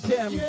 Tim